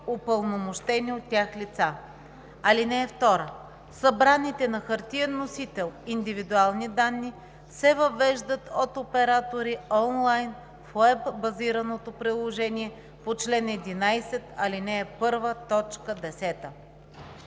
упълномощени от тях лица. (2) Събраните на хартиен носител индивидуални данни се въвеждат от оператори онлайн в уеб-базираното приложение по чл. 11, ал.